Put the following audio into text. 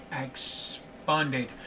expanded